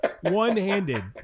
One-handed